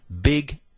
big